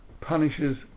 punishes